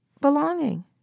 belonging